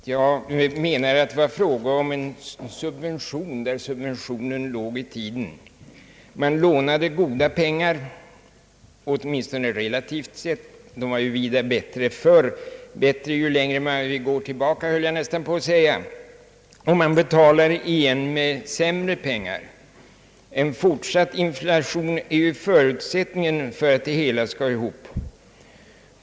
Vi menar att det är fråga om subvention och att subventionen ligger i tiden. Man lånade goda pengar, åtminstone relativt sett; pengarna var vida bättre förr, bättre ju längre vi går tillbaka skulle man nästan kunna säga. Man betalar igen med sämre pengar. En fortsatt inflation är ju förutsättningen för att det hela skall gå ihop.